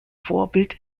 vorbild